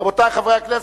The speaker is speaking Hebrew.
רבותי חברי הכנסת,